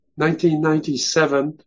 1997